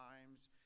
times